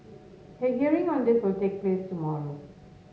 a hearing on this will take place tomorrow